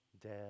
dead